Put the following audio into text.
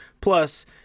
Plus